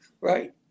Right